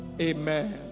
Amen